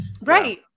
Right